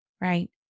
Right